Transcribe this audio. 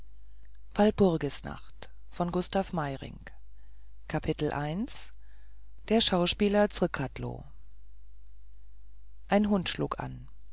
der schauspieler zrcadlo ein hund schlug an